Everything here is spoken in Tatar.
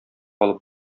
алып